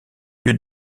lieux